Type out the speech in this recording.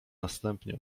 następnie